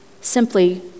simply